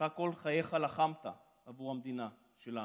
אתה כל חייך לחמת עבור המדינה שלנו,